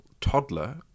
toddler